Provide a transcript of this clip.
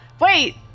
wait